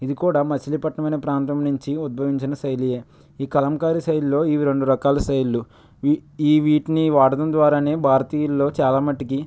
ఇది కూడా మచిలీపట్నం అనే ప్రాంతం నుంచి ఉద్భవించిన శైలి ఈ కలంకారీ శైలిలో ఇవి రెండు రకాల శైలీలు ఈ వీటిని వాడకం ద్వారా భారతీయులలో చాలా మటుకు